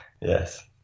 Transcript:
yes